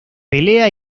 pelea